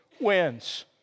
wins